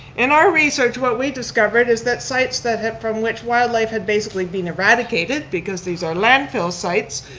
in our research what we discovered is that sites that from which wildlife had basically being eradicated, because these are landfill sites,